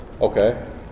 Okay